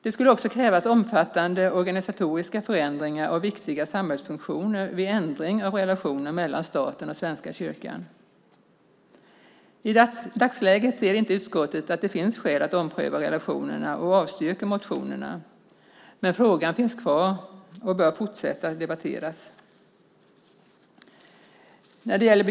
Det skulle krävas omfattande organisatoriska förändringar av viktiga samhällsfunktioner vid ändring av relationen mellan staten och Svenska kyrkan. I dagsläget ser inte utskottet att det finns skäl att ompröva relationerna och avstyrker motionerna. Men frågan finns kvar och bör fortsatt debatteras.